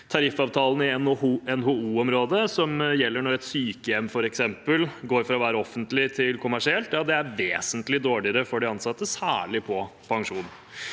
Tariffavtalen for NHO-området, som gjelder når f.eks. et sykehjem går fra å være offentlig til kommersielt, er vesentlig dårligere for de ansatte, særlig på pensjon.